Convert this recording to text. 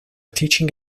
teaching